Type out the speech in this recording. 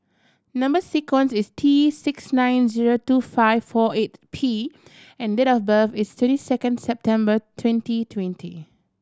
number sequence is T six nine zero two five four eight P and date of birth is twenty second September twenty twenty